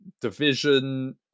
division